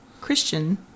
Christian